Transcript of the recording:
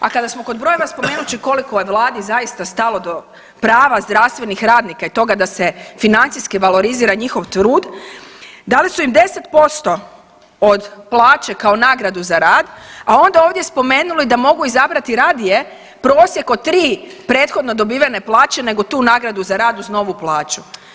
A kada smo kod brojeva, spomenuti ću koliko je Vladi zaista stalo do prava zdravstvenih radnika i toga da se financijski valorizira njihov trud, dali su im 10% od plaće kao nagradu za rad, a onda ovdje spomenuli da mogu izabrati radije prosjek od 3 prethodno dobivene plaće nego tu nagradu za rad uz novu plaću.